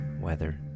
weather